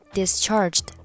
discharged